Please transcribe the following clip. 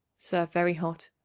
serve very hot.